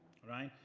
right?